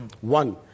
One